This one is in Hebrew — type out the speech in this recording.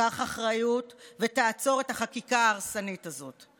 קח אחריות ותעצור את החקיקה ההרסנית הזאת.